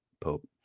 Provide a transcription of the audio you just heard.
Pope